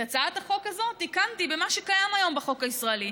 את הצעת החוק הזאת תיקנתי במה שקיים היום בחוק הישראלי,